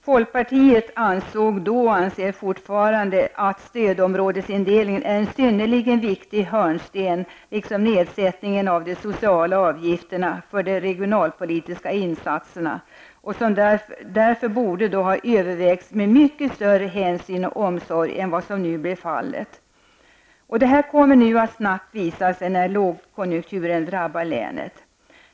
Folkpartiet ansåg då och anser fortfarande att stödområdesindelningen är en synnerligen viktig hörnsten liksom nedsättningen av de sociala avgifterna för de regionalpolitiska insatserna och som borde ha övervägts med mycket större hänsyn och omsorg än vad som nu blev fallet. Detta kommer att visa sig snabbt när lågkonjunkturen drabbar länen.